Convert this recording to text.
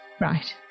Right